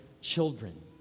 children